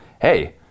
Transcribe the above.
hey